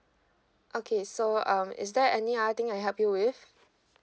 okay so um is there any other thing I help you with